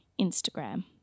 instagram